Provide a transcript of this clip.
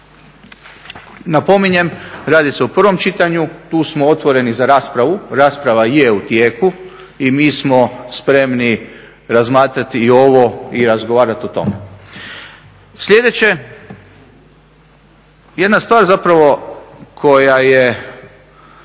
Napominjem, radi se o prvom čitanju, tu smo otvoreni za raspravu. Rasprava je u tijeku i mi smo spremni razmatrat i ovo i razgovarat o tome. Sljedeće, jedna stvar zapravo koja je,